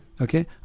Okay